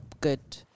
good